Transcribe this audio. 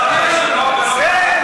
חבר הכנסת אורן אסף חזן.